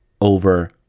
over